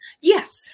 Yes